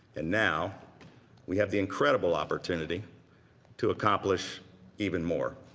and now we have the incredible opportunity to accomplish even more.